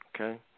Okay